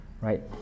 right